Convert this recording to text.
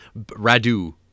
Radu